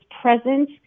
present